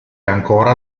ancora